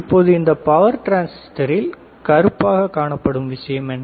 இப்போது இந்த பவர் டிரான்சிஸ்டரில் கருப்பாக இருப்பது என்ன